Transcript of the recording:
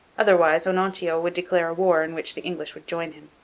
otherwise onontio would declare a war in which the english would join him.